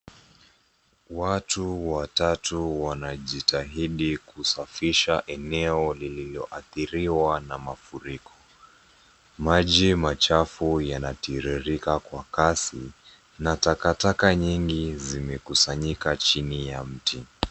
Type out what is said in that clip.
Watu watatu wanajitahidi kusafisha eneo lililoathiriwa na mafuriko. Maji machafu yanatiririka kwa kasi na takataka nyingi zimekusanyika chini ya mti.